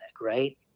right